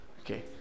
Okay